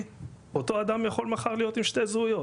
אותו אדם יכול להיות מחר עם שני זהויות,